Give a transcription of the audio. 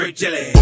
jelly